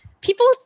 people